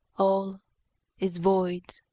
all is void,